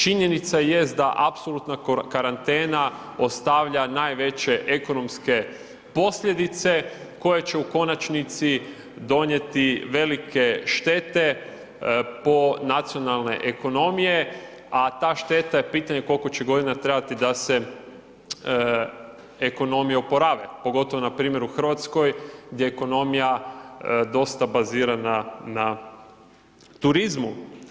Činjenica jest da apsolutna karantena ostavlja najveće ekonomske posljedice koje će u konačnici donijeti velike štete po nacionalne ekonomije, a ta šteta pitanje je koliko će godina trebati da se ekonomije oporave, pogotovo npr. u Hrvatskoj gdje je ekonomija dosta bazirana na turizmu.